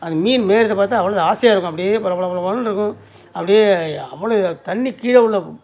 அது மீன் மேயிறதை பார்த்தா அவ்வளோது ஆசையாக இருக்கும் அப்படியே பள பள பள பளன்னிருக்கும் அப்படியே அவ்வளோ தண்ணீ கீழே உள்ள